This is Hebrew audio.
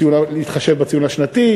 להתחשב בציון השנתי.